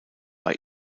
bei